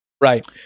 Right